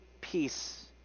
peace